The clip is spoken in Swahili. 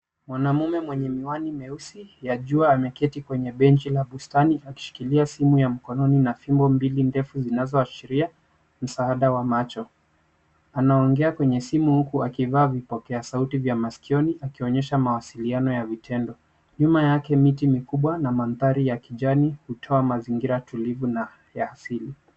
Mwanaume mwenye miwani meusi ya jua ameketi kwenye benchi la bustani akishikilia simu ya mkononi na fimbo mbili ndefu zinazoashiria msaada wa macho. Anaongea kwenye simu huku akivaa vipokea sauti vya masikioni akionyesha mawasiliano ya vitendo. Nyuma yake, miti mikubwa na mandhari ya kijani hutoa mazingira tulivu na ya asili.